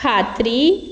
खात्री